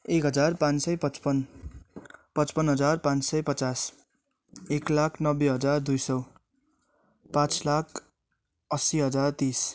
एक हजार पाँच सय पच्पन्न पच्पन्न हजार पाँच सय पचास एक लाख नब्बे हजार दुई सय पाँच लाख अस्सी हजार तिस